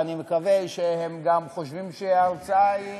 ואני מקווה שהם גם חושבים שההרצאה היא,